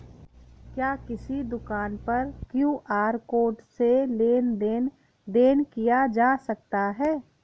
क्या किसी दुकान पर क्यू.आर कोड से लेन देन देन किया जा सकता है?